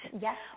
Yes